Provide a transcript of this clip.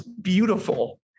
beautiful